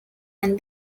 and